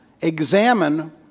examine